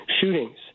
shootings